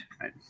right